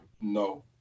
No